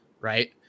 Right